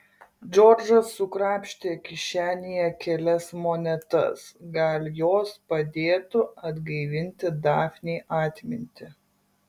džordžas sukrapštė kišenėje kelias monetas gal jos padėtų atgaivinti dafnei atmintį